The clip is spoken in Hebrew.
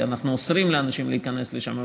ואנחנו אוסרים על אנשים להיכנס לשם,